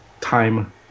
time